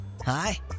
Hi